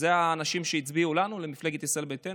אלה האנשים שהצביעו לנו, למפלגת ישראל ביתנו.